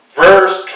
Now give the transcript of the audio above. verse